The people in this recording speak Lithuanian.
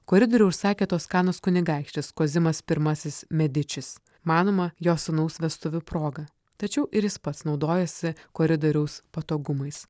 koridorių užsakė toskanos kunigaikštis kozimas pirmasis medičis manoma jo sūnaus vestuvių proga tačiau ir jis pats naudojosi koridoriaus patogumais